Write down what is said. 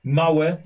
małe